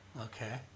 Okay